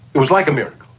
it was like a miracle.